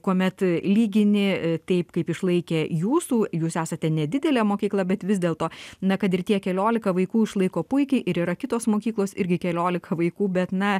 kuomet lygini taip kaip išlaikė jūsų jūs esate nedidelė mokykla bet vis dėlto na kad ir tie keliolika vaikų išlaiko puikiai ir yra kitos mokyklos irgi keliolika vaikų bet na